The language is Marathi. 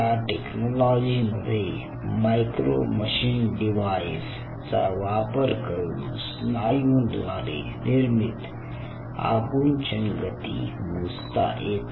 या टेक्नॉलॉजी मध्ये मायक्रो मशीन डिवाइस चा वापर करून स्नायू द्वारे निर्मीत आकुंचन गती मोजता येते